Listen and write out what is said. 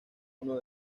uno